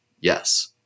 Yes